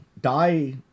Die